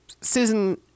Susan